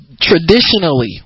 traditionally